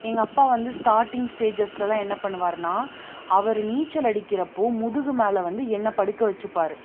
எங்கள் அப்பா வந்து ஸ்டாட்டிங் ஸ்டேஜஸ்லெலாம் என்ன பண்ணுவாருன்னால் அவர் நீச்சல் அடிக்கிறப்போது முதுகு மேல் வந்து என்னை படுக்க வைச்சுப்பாரு